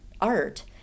art